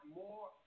more